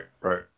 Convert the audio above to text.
right